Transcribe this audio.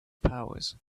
powers